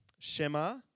Shema